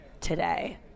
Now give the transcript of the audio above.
today